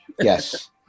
yes